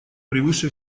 превыше